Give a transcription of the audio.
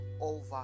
over